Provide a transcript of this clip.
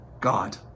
God